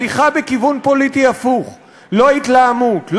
הליכה בכיוון פוליטי הפוך: לא התלהמות,